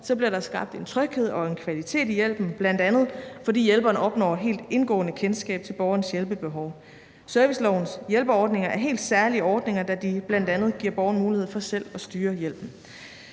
år, bliver der skabt en tryghed og en kvalitet i hjælpen, bl.a. fordi hjælperne opnår helt indgående kendskab til borgerens hjælpebehov. Servicelovens hjælpeordninger er helt særlige ordninger, da de bl.a. giver borgeren mulighed for selv at styre hjælpen.